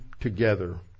together